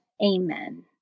Amen